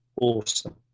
awesome